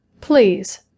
Please